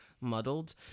muddled